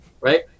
Right